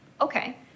Okay